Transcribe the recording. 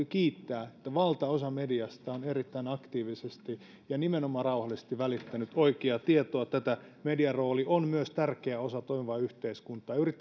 kiittää että valtaosa mediasta on erittäin aktiivisesti ja nimenomaan rauhallisesti välittänyt oikeaa tietoa median rooli on myös tärkeä osa toimivaa yhteiskuntaa juuri